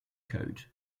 code